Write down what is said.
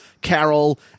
Carol